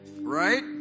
Right